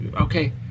okay